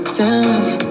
damage